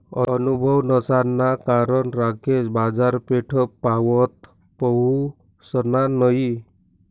अनुभव नसाना कारण राकेश बाजारपेठपावत पहुसना नयी